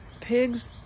pigs